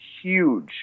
huge